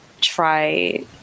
try